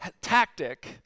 tactic